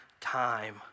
time